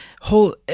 whole